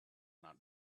not